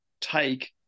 take